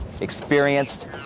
experienced